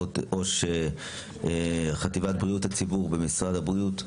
ראש חטיבת בריאות הציבור במשרד הבריאות,